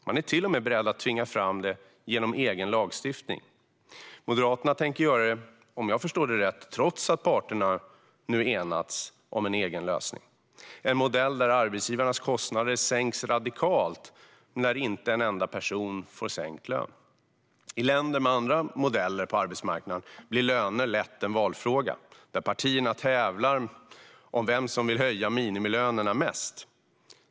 De är till och med beredda att tvinga fram det genom egen lagstiftning. Om jag förstår det rätt tänker Moderaterna göra det trots att parterna nu enats om en egen lösning. Det är en modell där arbetsgivarnas kostnader sänks radikalt men där inte en enda person får sänkt lön. I länder där man har andra modeller på arbetsmarknaden blir löner lätt en valfråga där partierna tävlar om vem som vill höja minimilönerna mest.